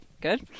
good